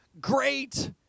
great